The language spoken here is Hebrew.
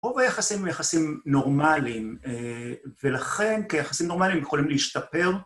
רב היחסים הם יחסים נורמליים, ולכן כיחסים נורמליים יכולים להשתפר.